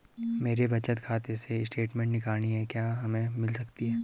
मेरे बचत खाते से स्टेटमेंट निकालनी है क्या हमें मिल सकती है?